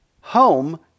home